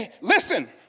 Listen